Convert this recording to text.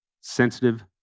sensitive